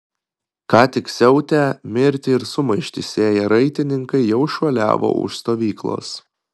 ką tik siautę mirtį ir sumaištį sėję raitininkai jau šuoliavo už stovyklos